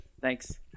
thanks